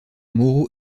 moraux